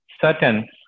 certain